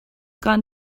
gone